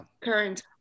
current